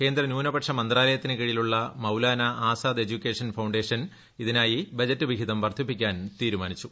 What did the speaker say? കേന്ദ്ര ന്യൂനപക്ഷ മന്ത്രാലയത്തിന് കീഴിലുള്ള മൌലാന ആസാദ് എഡ്യൂക്കേഷൻ ഫൌണ്ടേഷൻ ഇതിനായി ബജറ്റ് വിഹിതം വർദ്ധിപ്പിക്കാൻ തീരുമാനിച്ചു